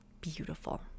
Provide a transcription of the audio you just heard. beautiful